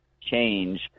change